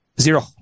zero